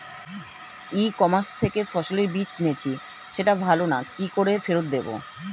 ই commerce থেকে ফসলের বীজ কিনেছি সেটা ভালো না কি করে ফেরত দেব?